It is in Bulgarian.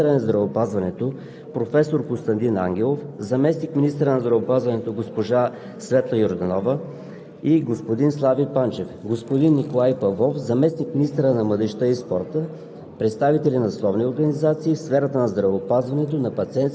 002-00-28, внесен от Министерския съвет на 15 октомври 2020 г. На заседанието присъстваха министърът на здравеопазването, професор Костадин Ангелов, заместник-министрите на здравеопазването госпожа Светлана Йорданова